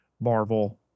Marvel